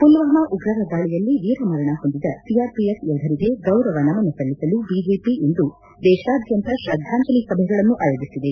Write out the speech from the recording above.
ಮಲ್ವಾಮ ಉಗ್ರರ ದಾಳಿಯಲ್ಲಿ ವೀರಮರಣ ಹೊಂದಿದ ಸಿಆರ್ಪಿಎಫ಼್ ಯೋಧರಿಗೆ ಗೌರವ ನಮನ ಸಲ್ಲಿಸಲು ಬಿಜೆಪಿ ಇಂದು ದೇಶಾದ್ಯಂತ ಶ್ರದ್ದಾಂಜಲಿ ಸಭೆಗಳನ್ನು ಆಯೋಜಿಸಿದೆ